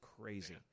crazy